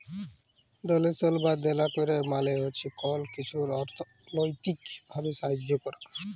ডোলেশল বা দেলা ক্যরা মালে হছে কল কিছুর অথ্থলৈতিক ভাবে সাহায্য ক্যরা